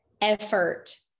effort